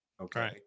Okay